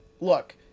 look